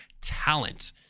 talent